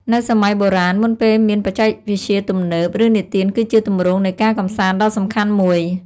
នៅសម័យបុរាណ មុនពេលមានបច្ចេកវិទ្យាទំនើប រឿងនិទានគឺជាទម្រង់នៃការកម្សាន្តដ៏សំខាន់មួយ ។